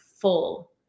full